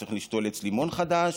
וצריך לשתול עץ לימון חדש,